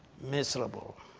miserable